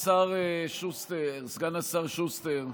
סגן השר שוסטר,